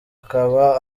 akaba